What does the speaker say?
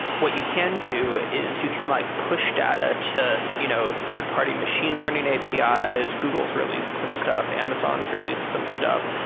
what you can do is you can like push data to you know third-party machine learning apis. ah google's released some stuff. amazon's released some stuff.